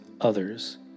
others